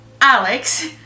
Alex